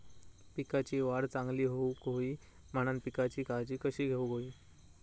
पिकाची वाढ चांगली होऊक होई म्हणान पिकाची काळजी कशी घेऊक होई?